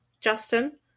Justin